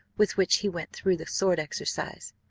with which he went through the sword exercise.